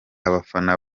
abafana